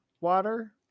water